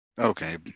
Okay